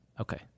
Okay